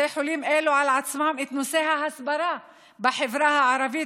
אלה על עצמם את נושא ההסברה בחברה הערבית,